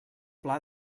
pla